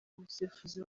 umusifuzi